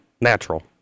natural